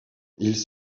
ils